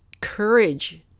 courage